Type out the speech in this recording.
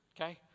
okay